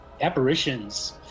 apparitions